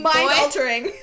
Mind-altering